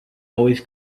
always